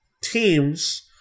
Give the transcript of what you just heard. teams